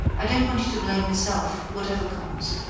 i don't want you to blame yourself, whatever comes.